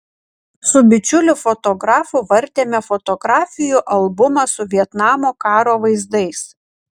su bičiuliu fotografu vartėme fotografijų albumą su vietnamo karo vaizdais